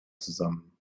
zusammen